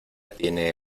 tiene